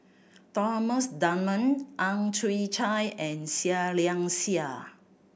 Thomas Dunman Ang Chwee Chai and Seah Liang Seah